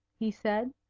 he said,